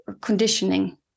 conditioning